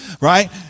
Right